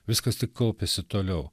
viskas tik kaupiasi toliau